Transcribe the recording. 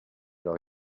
leurs